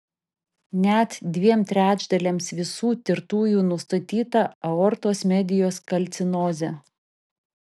net dviem trečdaliams visų tirtųjų nustatyta aortos medijos kalcinozė